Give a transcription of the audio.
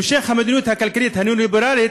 המשך המדיניות הכלכלית הניאו-ליברלית,